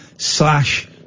slash